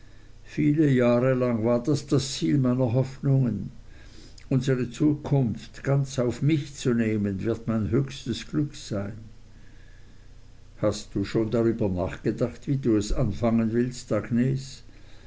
viele jahre lang war das das ziel meiner hoffnungen unsere zukunft ganz auf mich zu nehmen wird mein höchstes glück sein hast du schon darüber nachgedacht wie du es an fangen willst